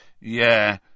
Yeah